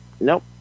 nope